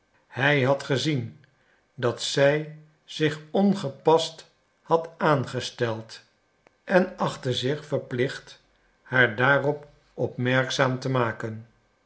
hij had gezien dat zij zich ongepast had aangesteld en achtte zich verplicht haar daarop opmerkzaam te maken